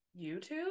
YouTube